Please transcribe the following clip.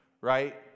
right